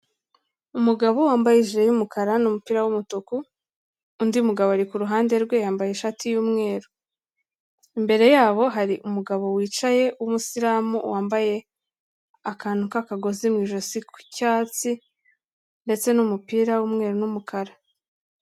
Umugabo wambaye ijire y'umukara n'umupira w'umutuku, undi mugabo ari kuruhande rwe yambaye ishati y'umweru, imbere yabo hari umugabo wicaye w'umusiramu wambaye akantu k'akagozi mu ijosi k'icyatsi, ndetse n'umupira w'umweru n'umukara.